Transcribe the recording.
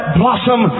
blossom